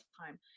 time